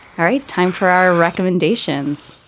all right. time for our recommendations.